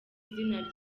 izina